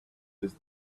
this